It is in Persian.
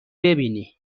ببینی